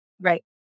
Right